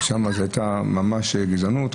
שם הייתה ממש גזענות.